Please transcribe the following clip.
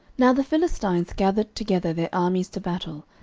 now the philistines gathered together their armies to battle,